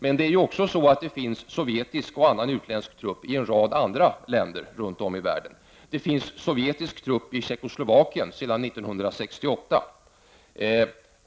Men det finns ju sovjetiska och andra utländska trupper i en rad andra länder runt om i världen. Det finns sovjetiska trupper i Tjeckoslovakien sedan 1968.